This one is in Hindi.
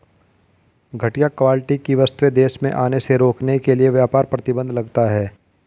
घटिया क्वालिटी की वस्तुएं देश में आने से रोकने के लिए व्यापार प्रतिबंध लगता है